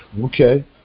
Okay